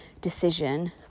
decision